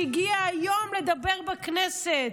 שהגיעה היום לדבר בכנסת,